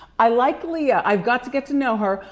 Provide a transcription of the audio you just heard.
i like leah. i've got to get to know her,